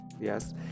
yes